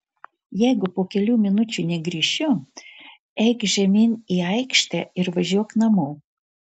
jeigu po kelių minučių negrįšiu eik žemyn į aikštę ir važiuok namo